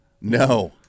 No